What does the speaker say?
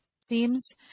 seems